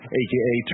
aka